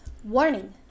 Warning